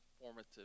formative